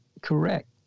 correct